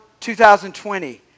2020